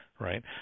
right